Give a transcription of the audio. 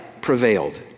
prevailed